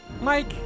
Mike